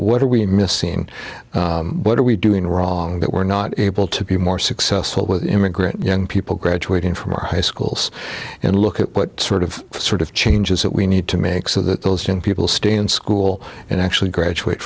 what are we missing what are we doing wrong that we're not able to be more successful with immigrant young people graduating from our high schools and look at what sort of sort of changes that we need to make so that those young people stay in school and actually graduate